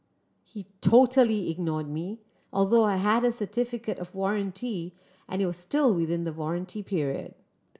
he totally ignored me although I had a certificate of warranty and it was still within the warranty period